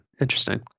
interesting